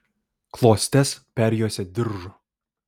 klostes perjuosė diržu